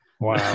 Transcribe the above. Wow